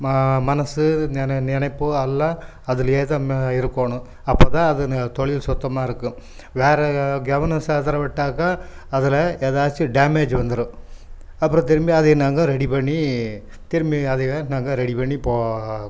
ம மனது நெ நெ நினைப்பு எல்லா அதுலேயே தான் ம இருக்கணும் அப்போ தான் அது ந தொழில் சுத்தமாக இருக்கும் வேறே கவனம் சிதறவிட்டாக்க அதில் ஏதாச்சும் டேமேஜ் வந்துடும் அப்றம் திரும்பி அதை நாங்கள் ரெடி பண்ணி திரும்பி அதை தான் நாங்கள் ரெடி பண்ணி போ